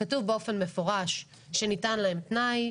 כתוב באופן מפורש שניתן להם תנאי,